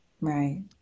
right